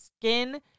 skin